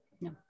No